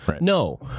No